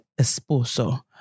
esposo